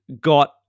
got